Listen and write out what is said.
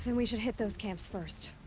so we should hit those camps first.